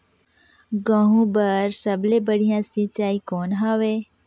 गहूं बर सबले बढ़िया सिंचाई कौन हवय?